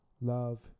love